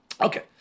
Okay